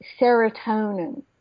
serotonin